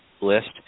list